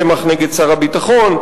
צמח נגד שר הביטחון,